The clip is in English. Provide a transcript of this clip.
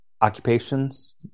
occupations